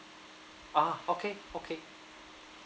ah okay okay